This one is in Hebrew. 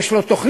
יש לו תוכנית,